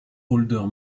older